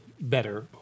better